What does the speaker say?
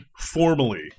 Formally